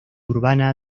urbana